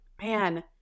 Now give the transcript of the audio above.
man